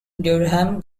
durham